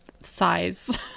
size